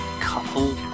couple